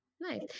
Nice